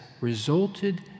resulted